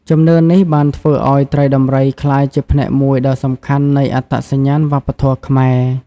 ជំនឿនេះបានធ្វើឱ្យត្រីដំរីក្លាយជាផ្នែកមួយដ៏សំខាន់នៃអត្តសញ្ញាណវប្បធម៌ខ្មែរ។